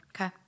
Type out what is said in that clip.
Okay